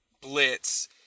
blitz